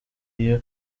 you